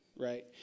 right